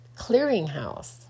clearinghouse